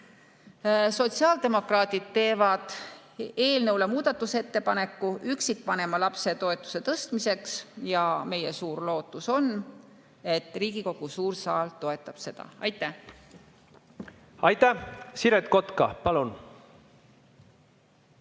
Sotsiaaldemokraadid teevad eelnõu kohta muudatusettepaneku üksikvanema lapse toetuse tõstmiseks ja meie suur lootus on, et Riigikogu suur saal toetab seda. Aitäh! Elavad ju